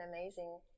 amazing